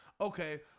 Okay